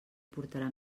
portarà